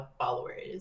followers